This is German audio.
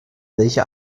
welche